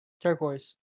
Turquoise